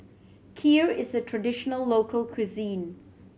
kheer is a traditional local cuisine